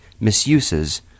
misuses